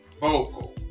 vocal